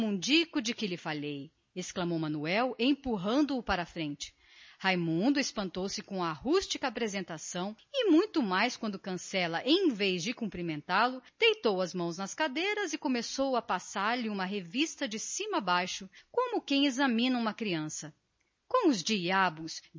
mundico de que lhe falei declarou manuel empurrando o sobrinho para a frente o rapaz espantou-se com a rústica apresentação e muito mais quando o roceiro em vez de cumprimentá-lo pôs as mãos nas cadeiras e começou a passar-lhe uma revista de cima a baixo como quem examina uma criança com os diabos